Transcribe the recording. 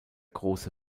große